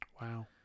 Wow